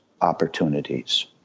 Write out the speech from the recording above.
opportunities